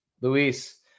Luis